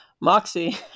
Moxie